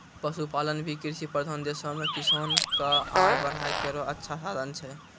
पशुपालन भी कृषि प्रधान देशो म किसान क आय बढ़ाय केरो अच्छा साधन छै